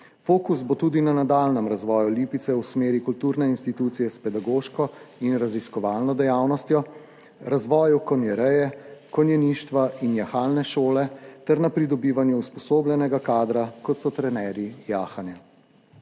Fokus bo tudi na nadaljnjem razvoju Lipice v smeri kulturne institucije s pedagoško in raziskovalno dejavnostjo, razvoju konjereje, konjeništva in jahalne šole ter na pridobivanju usposobljenega kadra, kot so trenerji jahanja.